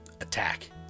attack